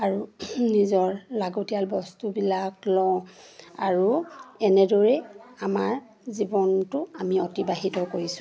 আৰু নিজৰ লাগতিয়াল বস্তুবিলাক লওঁ আৰু এনেদৰেই আমাৰ জীৱনটো আমি অতিবাহিত কৰিছোঁ